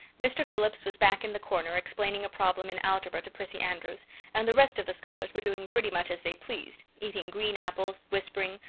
mr. phillips was back in the corner explaining a problem in algebra to prissy andrews and the rest of the scholars were doing pretty much as they pleased eating green apples, whispering,